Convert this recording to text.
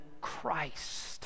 Christ